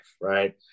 right